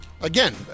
Again